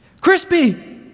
Crispy